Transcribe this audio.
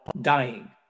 dying